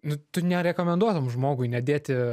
nu tu nerekomenduotum žmogui nedėti